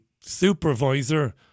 supervisor